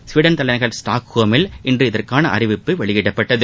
Sweden தலைநகர் ஸ்டாக்ஹோமில் இன்று இதற்கான அறிவிப்பு வெளியிடப்பட்டது